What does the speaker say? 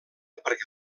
perquè